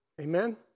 Amen